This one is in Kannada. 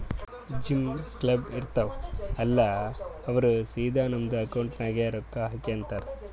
ಜಿಮ್, ಕ್ಲಬ್, ಇರ್ತಾವ್ ಅಲ್ಲಾ ಅವ್ರ ಸಿದಾ ನಮ್ದು ಅಕೌಂಟ್ ನಾಗೆ ರೊಕ್ಕಾ ಹಾಕ್ರಿ ಅಂತಾರ್